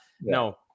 no